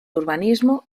urbanismo